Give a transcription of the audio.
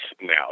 now